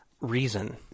reason